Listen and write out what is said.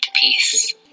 peace